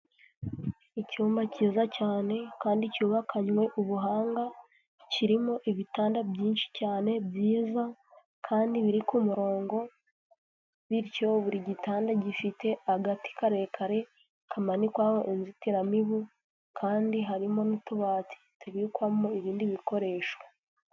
Icyumba cyiza cyane, kandi cyubakanywe ubuhanga, kirimo ibitanda byinshi cyane byiza kandi biri ku murongo, bityo buri gitanda gifite agati karekare kamanikwaho inzitiramibu, kandi harimo n'utubati tubikwamo ibindi bikoresho.